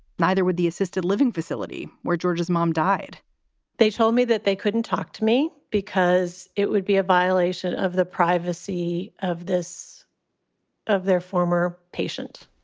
neither would the assisted living facility where georgia's mom died they told me that they couldn't talk to me because it would be a violation of the privacy of this of their former patient,